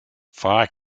fire